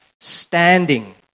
standing